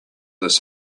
this